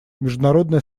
международное